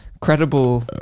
Credible